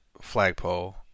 flagpole